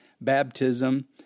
baptism